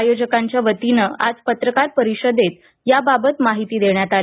आयोजकांच्या वतीनं आज पत्रकार परिषदेत याबाबत माहिती देण्यात आली